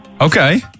okay